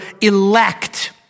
elect